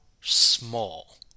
small